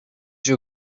your